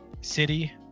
city